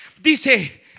dice